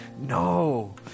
No